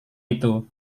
itu